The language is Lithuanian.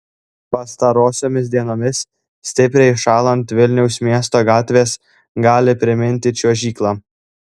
pastarosiomis dienomis stipriai šąlant vilniaus miesto gatvės gali priminti čiuožyklą